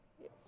Yes